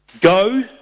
Go